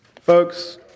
Folks